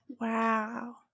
Wow